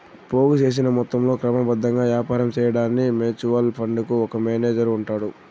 పోగు సేసిన మొత్తంలో క్రమబద్ధంగా యాపారం సేయడాన్కి మ్యూచువల్ ఫండుకు ఒక మేనేజరు ఉంటాడు